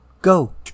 Go